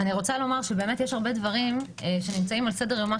אני רוצה לומר שיש הרבה דברים שנמצאים על סדר-יומה